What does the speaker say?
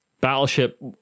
Battleship